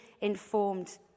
informed